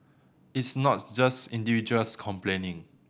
it's not just individuals complaining